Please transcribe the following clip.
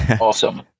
awesome